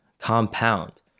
compound